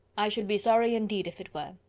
i should be sorry indeed, if it were.